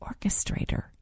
orchestrator